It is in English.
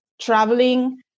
traveling